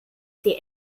die